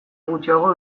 gutxiago